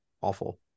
awful